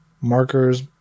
markers